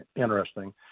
interesting